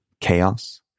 Chaos